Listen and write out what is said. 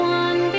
one